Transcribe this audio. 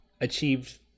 achieved